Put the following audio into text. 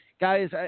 Guys